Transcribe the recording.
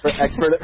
Expert